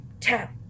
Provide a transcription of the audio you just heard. tap